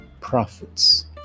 prophets